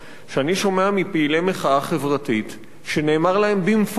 שאני שומע מפעילי מחאה חברתית שנאמר להם במפורש: